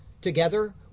Together